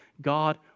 God